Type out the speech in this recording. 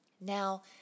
Now